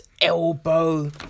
elbow